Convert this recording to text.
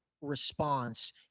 response